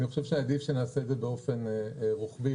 אני חושב שעדיף שנעשה את זה באופן רוחבי.